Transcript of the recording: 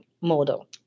model